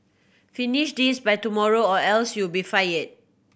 finish this by tomorrow or else you'll be fired